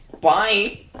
Bye